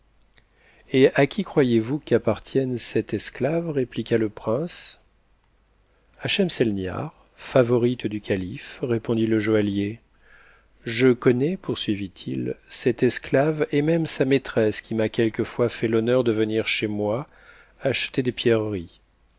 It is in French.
et à qui croyez-vous qu'appartienne cette esclave répliqua le prince a schemselnihar favorite du calife répondit le joaillier je connais poursuivit-il cette esclave et même sa maîtresse qui m'a quelquefois fait l'honneur de venir chez moi acheter des pierreries